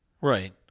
right